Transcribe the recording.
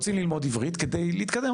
הם רוצים ללמוד עברית כדי להתקדם.